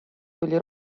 tuli